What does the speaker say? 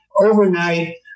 overnight